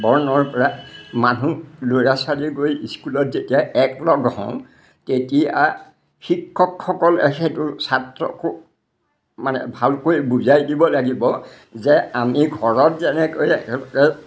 বৰ্ণৰ পৰা মানুহ ল'ৰা ছোৱালী গৈ স্কুলত যেতিয়া এক লগ হওঁ তেতিয়া শিক্ষকসকলে সেইটো ছাত্ৰকো মানে ভালকৈ বুজাই দিব লাগিব যে আমি ঘৰত যেনেকৈ একেলগে